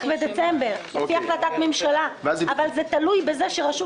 בדצמבר לפי החלטת הממשלה אבל זה תלוי בזה שרשות